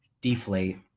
deflate